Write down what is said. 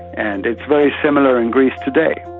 and it's very similar in greece today.